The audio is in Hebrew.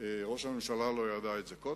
ראש הממשלה לא ידע את זה קודם?